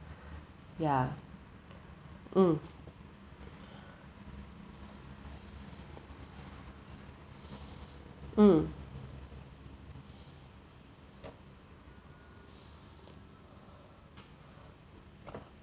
yeah mm mm